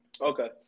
Okay